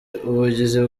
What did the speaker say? ubugizi